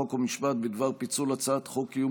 חוק ומשפט בדבר פיצול הצעת חוק קיום